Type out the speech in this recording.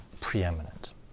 preeminent